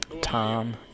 tom